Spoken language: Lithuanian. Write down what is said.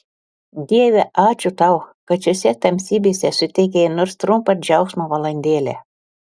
dieve ačiū tau kad šiose tamsybėse suteikei nors trumpą džiaugsmo valandėlę